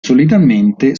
solitamente